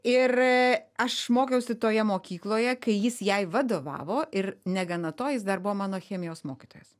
ir aš mokiausi toje mokykloje kai jis jai vadovavo ir negana to jis dar buvo mano chemijos mokytojas